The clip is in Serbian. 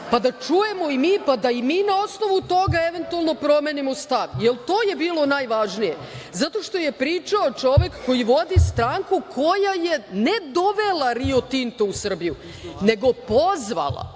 da čujemo i mi i da i mi na osnovu toga promenimo stav, jer to je bilo najvažnije, zato što je pričao čovek koji vodu stranku koja je ne dovela Rio Tinto u Srbiju, nego pozvala,